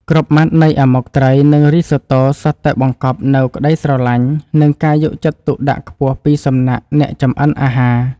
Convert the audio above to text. គ្រប់ម៉ាត់នៃអាម៉ុកត្រីនិងរីសូតូសុទ្ធតែបង្កប់នូវក្តីស្រឡាញ់និងការយកចិត្តទុកដាក់ខ្ពស់ពីសំណាក់អ្នកចម្អិនអាហារ។